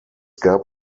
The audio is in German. gab